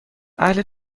اهل